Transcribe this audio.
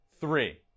three